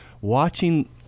watching